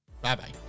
Bye-bye